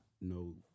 No